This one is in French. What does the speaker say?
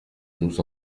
nous